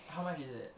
how much is it